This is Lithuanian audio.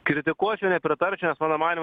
kritikuočiau nepritarčiaunes mano manymu